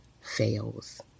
fails